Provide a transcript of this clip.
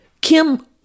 Kim